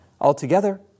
Altogether